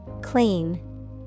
Clean